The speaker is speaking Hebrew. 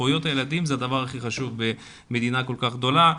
שזכויות הילדים זה הדבר הכי חשוב במדינה כל כך גדולה.